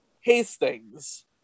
Hastings